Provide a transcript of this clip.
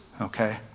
okay